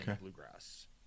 bluegrass